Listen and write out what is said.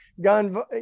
gun